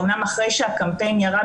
אמנם אחרי שהקמפיין ירד,